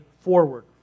forward